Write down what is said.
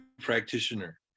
practitioner